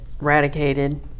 eradicated